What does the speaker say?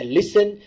listen